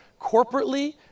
corporately